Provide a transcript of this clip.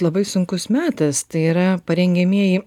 labai sunkus metas tai yra parengiamieji